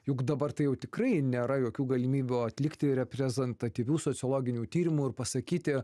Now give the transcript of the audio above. juk dabar tai jau tikrai nėra jokių galimybių atlikti reprezentatyvių sociologinių tyrimų ir pasakyti